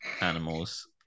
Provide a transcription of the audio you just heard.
animals